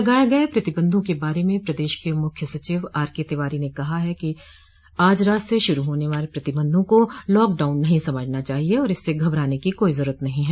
लगाये गये प्रतिबंधों के बारे में प्रदेश के मुख्य सचिव आर के तिवारी ने कहा है कि आज रात से शुरू होने वाले प्रतिबंधों को लाकडाउन नहीं समझना चाहिए और इससे घबराने की कोई जरूरत नहीं है